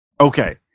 okay